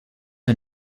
are